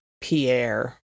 Pierre